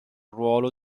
ruolo